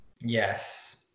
yes